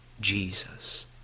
Jesus